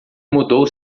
mudou